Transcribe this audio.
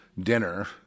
dinner